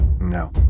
No